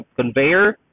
conveyor